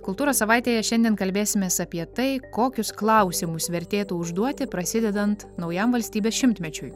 kultūros savaitėje šiandien kalbėsimės apie tai kokius klausimus vertėtų užduoti prasidedant naujam valstybės šimtmečiui